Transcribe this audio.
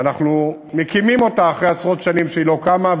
ואנחנו מקימים אותה אחרי עשרות שנים שהיא לא קמה.